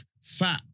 fat